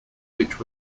which